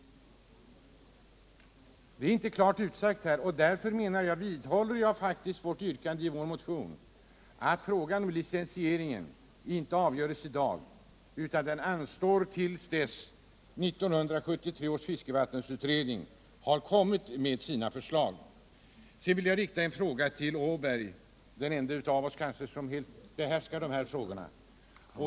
Det är inte klart utsagt, och därför vidhåller jag yrkandet i vår motion om att frågan om licensieringen inte avgörs i dag utan anstår tills dess 1973 års fiskevattensutredning har kommit med sina förslag. Jag vill rikta en fråga till herr Åberg, som kanske är den ende av oss som helt behärskar dessa frågor.